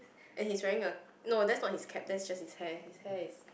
and he's wearing a no that's not his cap that's just his hair his hair is